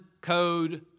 code